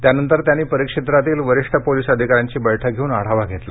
त्यानंतर त्यांनी परीक्षेत्रातील वरीष्ठ पोलीस अधिकाऱ्यांची बैठक घेऊन आढावा घेतला